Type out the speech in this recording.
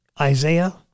Isaiah